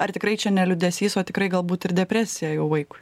ar tikrai čia ne liūdesys o tikrai galbūt ir depresija vaikui